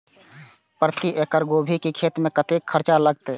प्रति एकड़ गोभी के खेत में कतेक खर्चा लगते?